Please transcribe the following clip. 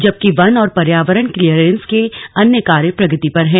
जबकि वन और पर्यावरण क्लियरेन्स के अन्य कार्य प्रगति पर है